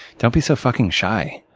don't be so fucking shy.